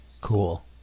Cool